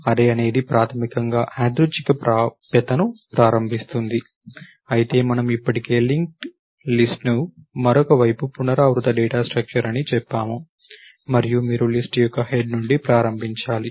array అనేది ప్రాథమికంగా యాదృచ్ఛిక ప్రాప్యతను ప్రారంభిస్తుంది అయితే మనము ఇప్పటికే లింక్ లిస్ట్ ను మరొక వైపు పునరావృత డేటా స్ట్రక్చర్ అని చెప్పాము మరియు మీరు లిస్ట్ యొక్క హెడ్ నుండి ప్రారంభించాలి